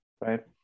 right